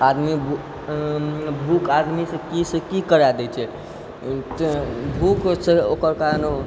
आदमीसँ भूख आदमीसँ की सँ की करा दै छै भूख ओकर कारण